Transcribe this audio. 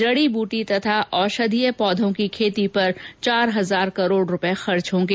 जड़ी बूटी तथा औषधीय पौधों की खेती पर चार हजार करोड़ रूपए खर्च होंगे